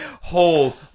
Whole